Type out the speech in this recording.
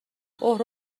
اوه